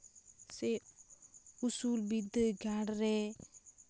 ᱥᱮ ᱩᱥᱩᱞ ᱵᱤᱫᱽᱫᱟᱹᱜᱟᱲᱨᱮ